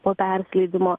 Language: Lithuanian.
po persileidimo